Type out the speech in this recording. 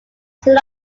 soon